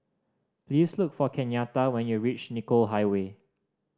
please look for Kenyatta when you reach Nicoll Highway